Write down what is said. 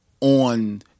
on